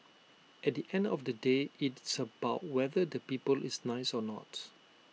at the end of the day it's about whether the people is nice or not